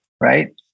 right